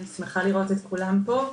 שמחה לראות את כולם פה.